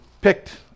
picked